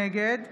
נגד